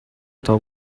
тоо